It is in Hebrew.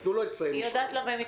תנו לו לסיים משפט.